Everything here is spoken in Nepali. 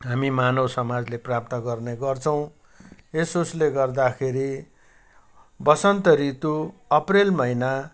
हामी मानव समाजले प्राप्त गर्ने गर्छौँ यसउसले गर्दाखेरि वसन्त ऋतु अप्रेल महिना